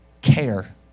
care